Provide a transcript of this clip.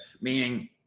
meaning